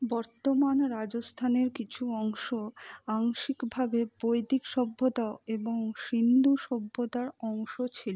বর্তমান রাজস্থানের কিছু অংশ আংশিকভাবে বৈদিক সভ্যতা এবং সিন্ধু সভ্যতার অংশ ছিল